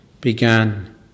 began